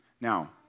Now